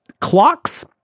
clocks